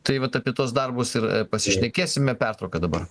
tai vat apie tuos darbus ir pasišnekėsime pertrauka dabar